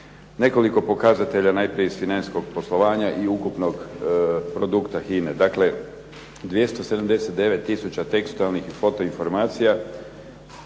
Nekoliko pokazatelja najprije iz financijskog poslovanja i ukupnog produkta HINA-e. Dakle, 279 tisuća tekstualnih i foto informacija,